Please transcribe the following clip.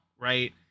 right